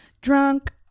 Drunk